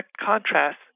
contrast